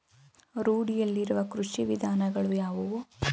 ರೂಢಿಯಲ್ಲಿರುವ ಕೃಷಿ ವಿಧಾನಗಳು ಯಾವುವು?